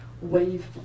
wave